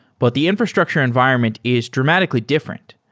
but the infrastructure environment is dramatically different.